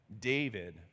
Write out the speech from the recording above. David